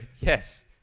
yes